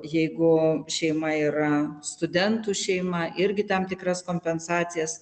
jeigu šeima yra studentų šeima irgi tam tikras kompensacijas